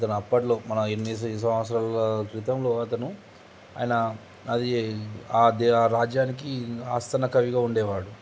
అతను అప్పట్లో మన ఎన్ని సంవత్సరాల క్రితంలో అతను ఆయన అది ఆ ఆ రాజ్యానికి ఆస్థాన కవిగా ఉండేవాడు